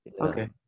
Okay